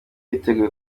yiteguye